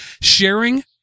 sharing